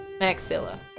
Maxilla